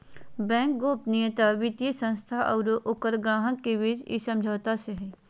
bank गोपनीयता वित्तीय संस्था आरो ओकर ग्राहक के बीच इ समझौता से हइ